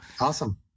Awesome